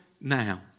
now